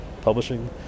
publishing